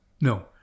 No